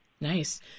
Nice